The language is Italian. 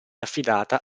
affidata